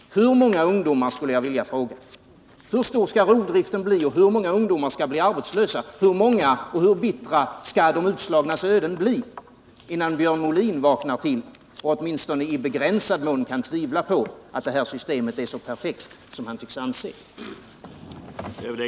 Hur stor skall rovdriften bli, hur många ungdomar skall bli arbetslösa, hur många skall de utslagna bli och hur bittra skall deras öden bli innan Björn Molin vaknar till och åtminstone i begränsad mån kan tvivla på att det här systemet är så perfekt som han tycks anse? ”F.